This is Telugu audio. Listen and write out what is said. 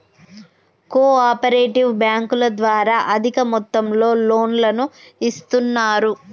కో ఆపరేటివ్ బ్యాంకుల ద్వారా అధిక మొత్తంలో లోన్లను ఇస్తున్నరు